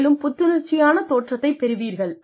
மேலும் புத்துணர்ச்சியான தோற்றத்தைப் பெறுவீர்கள்